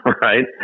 Right